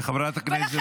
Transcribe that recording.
חברת הכנסת גוטליב, תודה.